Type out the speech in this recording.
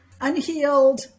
unhealed